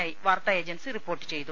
I വാർത്താ agency report ചെയ്തു